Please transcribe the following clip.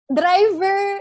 driver